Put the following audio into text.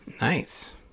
Nice